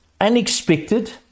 unexpected